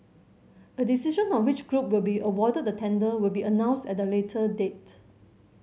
a decision on which group will be awarded the tender will be announced at a later date